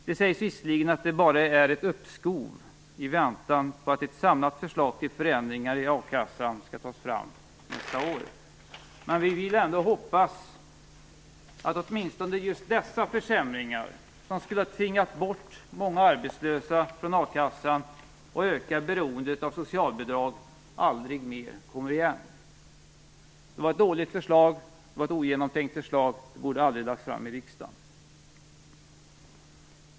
Det sägs visserligen att det bara är ett uppskov i väntan på att ett samlat förslag till förändringar i a-kassan skall tas fram nästa år, men vi vill ändå hoppas att åtminstone just dessa försämringar, som skulle ha tvingat bort många arbetslösa från a-kassan och ökat beroendet av socialbidrag, aldrig mer kommer igen. Det var ett dåligt och ogenomtänkt förslag, och det borde aldrig ha lagts fram i riksdagen.